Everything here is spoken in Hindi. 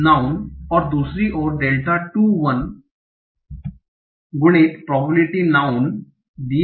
नाउँन N और दूसरी ओर डेल्टा2 बार गुणित प्रोबेबिलिटी नाउँन N